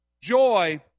joy